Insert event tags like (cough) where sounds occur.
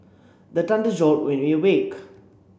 the thunder jolt (unintelligible) me awake